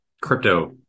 crypto